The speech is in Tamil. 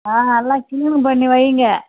ஆ எல்லாம் க்ளீனு பண்ணி வையுங்க